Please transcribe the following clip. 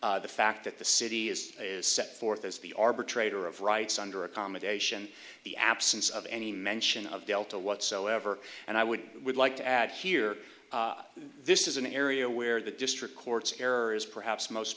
the fact that the city is set forth as the arbitrator of rights under accommodation the absence of any mention of delta whatsoever and i would would like to add here this is an area where the district courts carer's perhaps most